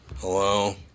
hello